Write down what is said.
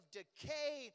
decay